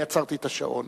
אני עצרתי את השעון,